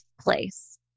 place